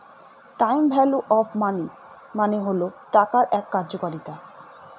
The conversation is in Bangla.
টাইম ভ্যালু অফ মনি মানে হল টাকার এক কার্যকারিতা